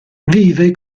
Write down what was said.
vive